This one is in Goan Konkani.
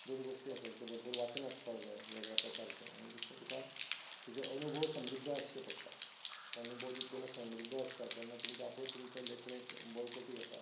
दोन गोश्टी आसा एक तर भरपूर वाचन आसपाक जाय वेगळ्या प्रकारचें आनी दुसरें तुका तुजें अनुभव समृध्द आसचे पडटा अनुभव जितले जेन्ना समृध्द आसता तेन्ना आपुणूच तुमचे लिखणेक बळकटी येता